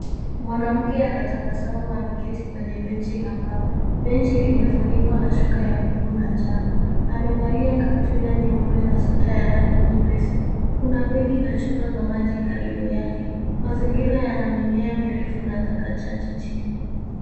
Mwanamke anatabasamu ameketi kwenye benchi la mbao. Benchi limefunikwa na shuka ya buluu na njano. Amevalia kaptula nyeupe na sweta ya rangi nyepesi. Kuna begi la chupa za maji karibu yake. Mazingira yana mimea mirefu na taka chache chini.